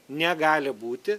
negali būti